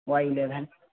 Y eleven